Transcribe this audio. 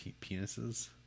penises